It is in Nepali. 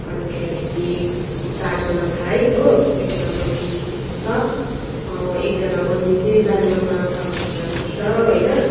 अनि त्यहाँदेखि चारजना भाइ हो दुईजना बहिनी छ एकजना बहिनी चाहिँ बेङ्गलोरमा पार्लरमा काम गर्छ होइन